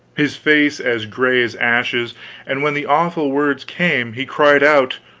his face as gray as ashes and when the awful words came, he cried out,